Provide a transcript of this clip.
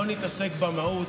בוא נתעסק במהות,